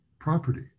Property